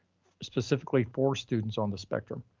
specifically for students on the spectrum.